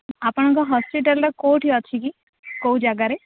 ଆପଣଙ୍କ ହସ୍ପିଟାଲ୍ଟା କେଉଁଠି ଅଛି କି କେଉଁ ଜାଗାରେ